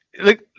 look